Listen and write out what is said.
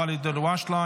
ואליד אל הואשלה,